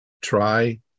try